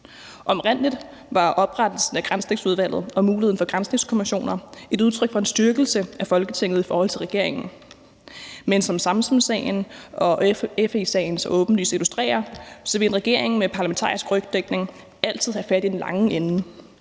Oprindelig var oprettelsen af Granskningsudvalget og muligheden for granskningskommissioner et udtryk for en styrkelse af Folketinget i forhold til regeringen. Men som Samsamsagen og FE-sagen så åbenlyst illustrerer, vil regeringen med parlamentarisk rygdækning altid have fat i den lange ende,